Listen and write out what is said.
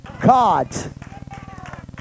God